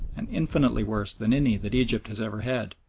and infinitely worse than any that egypt has ever had.